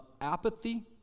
apathy